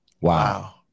Wow